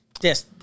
Yes